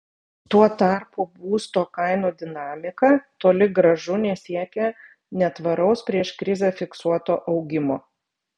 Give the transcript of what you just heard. tuo tarpu būsto kainų dinamika toli gražu nesiekia netvaraus prieš krizę fiksuoto augimo